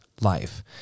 life